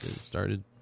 started